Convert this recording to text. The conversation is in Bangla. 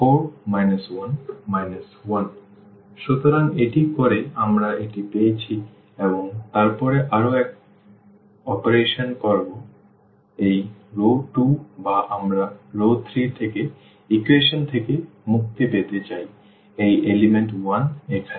4 1 1 সুতরাং এটি করে আমরা এটি পেয়েছি এবং তারপরে আরও একই অপারেশন কারণ এই রও 2 বা আমরা রও 3 থেকে ইকুয়েশন থেকে মুক্তি পেতে চাই এই উপাদান 1 এখানে